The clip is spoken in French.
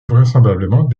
vraisemblablement